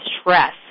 stress